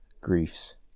griefs